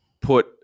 put